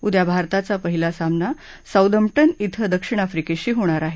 उद्या भारताचा पहिला सामना साऊदम्पटन इथं दक्षिण अफ्रिकेशी होणार आहे